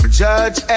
judge